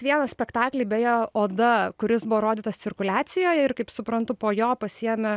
vieną spektaklį beje oda kuris buvo rodytas cirkuliacijoj ir kaip suprantu po jo pasiėmė